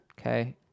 Okay